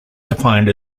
defined